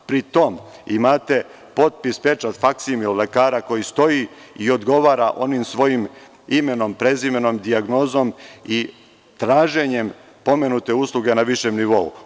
Pri tom, imate potpis, pečat, faksimil lekara koji stoji i odgovara onim svojim imenom, prezimenom, dijagnozom i traženjem pomenute usluge na višem nivou.